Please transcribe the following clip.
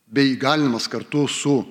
bei įgalinimas kartu su